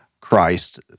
Christ